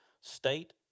state